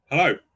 Hello